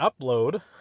upload